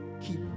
keep